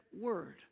word